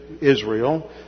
Israel